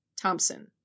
Thompson